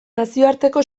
nazioarteko